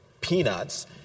peanuts